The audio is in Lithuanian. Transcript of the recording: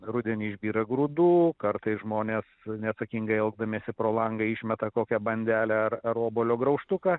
rudenį išbyra grūdų kartais žmonės neatsakingai elgdamiesi pro langą išmeta kokią bandelę ar obuolio graužtuką